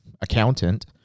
accountant